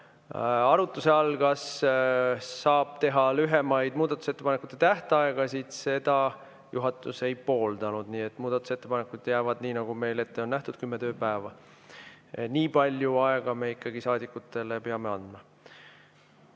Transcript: arutuse all, kas saab teha lühemaid muudatusettepanekute tähtaegu. Seda juhatus ei pooldanud, nii et muudatusettepanekuteks jääb nii, nagu meil ette on nähtud, kümme tööpäeva. Nii palju aega me ikkagi saadikutele peame andma.